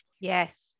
Yes